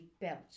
belt